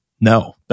No